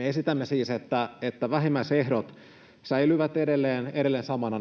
esitämme siis, että vähimmäisehdot säilyvät edelleen samoina,